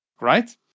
right